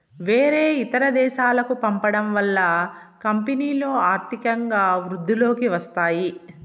వేరే ఇతర దేశాలకు పంపడం వల్ల కంపెనీలో ఆర్థికంగా వృద్ధిలోకి వస్తాయి